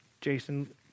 Jason